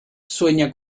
sueña